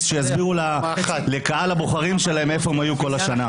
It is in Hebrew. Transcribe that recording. יסבירו לקהל בוחריהם איפה היו כל השנה.